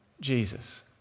Jesus